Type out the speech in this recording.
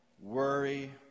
worry